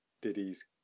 Diddy's